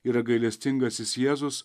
yra gailestingasis jėzus